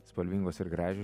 spalvingos ir gražios